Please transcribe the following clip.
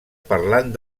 parlant